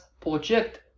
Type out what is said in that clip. project